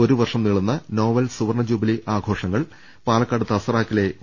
ഒരു വർഷം നീളുന്ന നോവൽ സുവർണ്ണ ജൂബിലി ആഘോഷങ്ങൾ പാലക്കാട് തസ്രാക്കിലെ ഒ